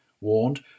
warned